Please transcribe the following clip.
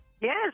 Yes